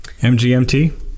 MGMT